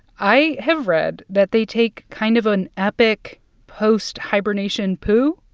i have read that they take kind of an epic post-hibernation poo.